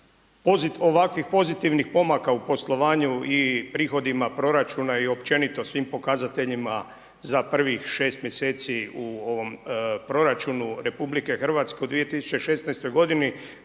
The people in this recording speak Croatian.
ovakvih pozitivnih pomaka u poslovanju i prihodima proračuna i općenito svim pokazateljima za prvih šest mjeseci u ovom proračunu RH u 2016. da